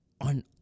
on